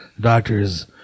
doctors